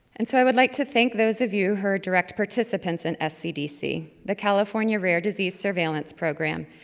and so i would like to thank those of you who are direct participants in scdc, the california rare disease surveillance program,